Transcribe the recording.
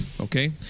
okay